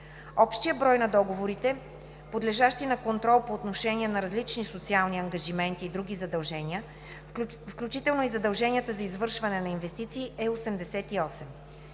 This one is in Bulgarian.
Общият брой на договорите, подлежащи на контрол по отношение на различни социални ангажименти и други задължения, включително и задължения за извършване на инвестиции е 88.